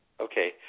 Okay